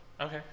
Okay